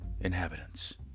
inhabitants